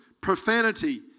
profanity